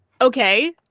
Okay